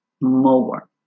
more